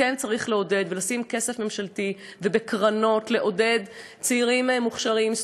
וכן צריך לעודד ולשים כסף ממשלתי ובקרנות כדי לעודד צעירים מוכשרים,